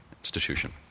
institution